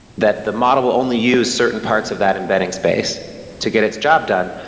that the model will only use certain parts of that embedding space to get its job done.